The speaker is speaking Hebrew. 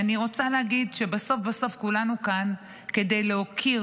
אני רוצה להגיד שבסוף בסוף כולנו כאן כדי להוקיר